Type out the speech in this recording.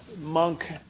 monk